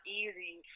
easy